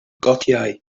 gotiau